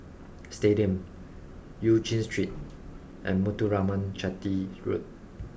Stadium Eu Chin Street and Muthuraman Chetty Road